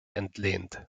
entlehnt